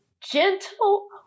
gentle